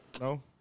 No